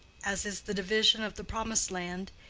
as is the division of the promised land,